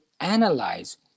analyze